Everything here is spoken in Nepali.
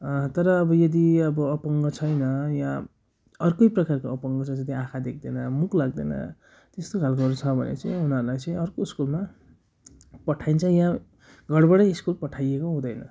तर अब यदि अब अपाङ्ग छैन या अर्कै प्रकारको अपाङ्ग छ जस्तै आँखा देख्दैन मुख लाग्दैन त्यस्तो खालकोहरू छ भने चाहिँ उनीहरूलाई चाहिँ अर्को स्कुलमा पठाइन्छ या घरबाटै स्कुल पठाइएको हुँदैन